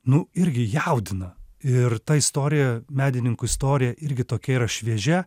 nu irgi jaudina ir ta istorija medininkų istorija irgi tokia yra šviežia